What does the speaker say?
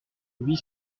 huit